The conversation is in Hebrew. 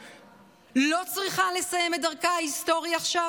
לא צריכה לסיים את דרכה ההיסטורית עכשיו?